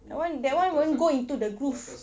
that [one] that [one] you won't go into the groove